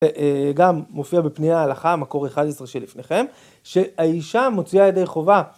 וגם מופיע בפני ההלכה, מקור 11 שלפניכם, שהאישה מוציאה ידי חובה.